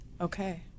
Okay